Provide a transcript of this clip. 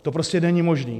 To prostě není možné.